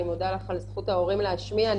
אני מודה לך על הזכות של ההורים להשמיע את קולם.